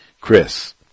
Chris